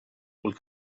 will